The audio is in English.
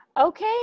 Okay